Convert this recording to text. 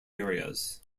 areas